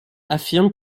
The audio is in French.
affirment